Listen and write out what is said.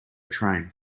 train